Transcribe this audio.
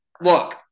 look